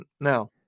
now